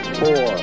four